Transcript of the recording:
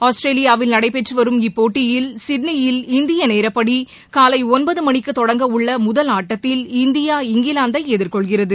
ஆஸ்திரேலியாவில் நடைபெற்று வரும் இப்போட்டியில் சிட்னியில் இந்திய நேரப்படி காலை ஒன்பது மணிக்கு தொடங்க உள்ள முதல் ஆட்டத்தில் இந்தியா இங்கிலாந்தை எதிர்கொள்கிறது